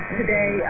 today